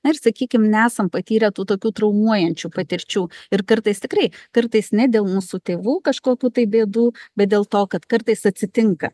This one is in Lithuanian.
na ir sakykim nesam patyrę tų tokių traumuojančių patirčių ir kartais tikrai kartais ne dėl mūsų tėvų kažkokių tai bėdų bet dėl to kad kartais atsitinka